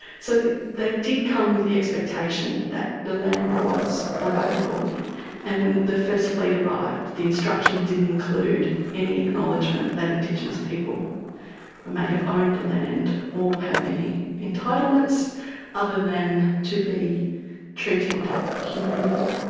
so they did come with the expectation that the land was available and when the first fleet arrived the instructions didn't include any acknowledgement that indigenous people may have owned the land or have any entitlements other than to be treated humanely.